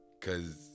cause